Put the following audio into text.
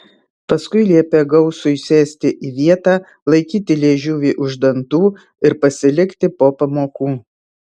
paskui liepė gausui sėsti į vietą laikyti liežuvį už dantų ir pasilikti po pamokų